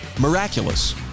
miraculous